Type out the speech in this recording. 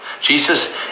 Jesus